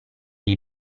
gli